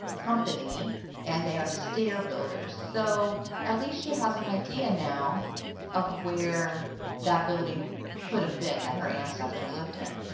company and they are stair builders. so at least she has an idea now of where that building could have been that her ancestor lived in.